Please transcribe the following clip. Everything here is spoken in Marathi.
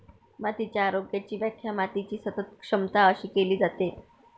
मातीच्या आरोग्याची व्याख्या मातीची सतत क्षमता अशी केली जाते